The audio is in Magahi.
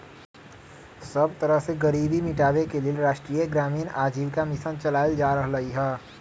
सब तरह से गरीबी मिटाबे के लेल राष्ट्रीय ग्रामीण आजीविका मिशन चलाएल जा रहलई ह